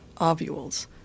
ovules